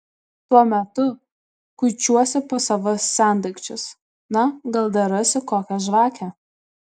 tuo metu kuičiuosi po savo sendaikčius na gal dar rasiu kokią žvakę